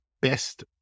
best